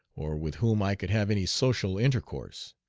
or with whom i could have any social intercourse,